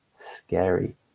Scary